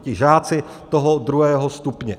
Ti žáci toho druhého stupně?